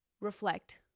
Reflect